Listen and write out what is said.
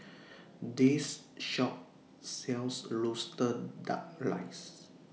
This Shop sells Roasted Duck Rice